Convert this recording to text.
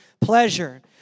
pleasure